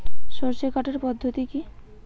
সরষে কাটার পদ্ধতি কি?